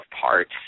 parts